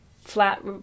flat